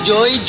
Joy